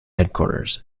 headquarters